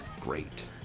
great